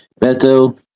Beto